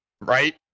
Right